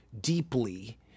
deeply